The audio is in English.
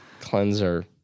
cleanser